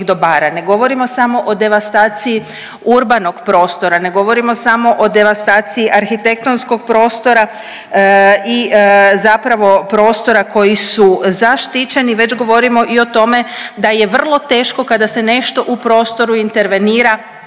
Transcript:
ne govorimo samo o devastaciji urbanog prostora, ne govorimo samo o devastaciji arhitektonskog prostora i zapravo prostora koji su zaštićeni već govorimo i o tome da je vrlo teško kada se nešto u prostoru intervenira